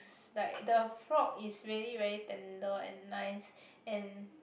~s like the frog is really very tender and nice and